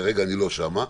כרגע אני לא שם.